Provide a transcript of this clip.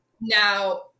now